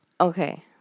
Okay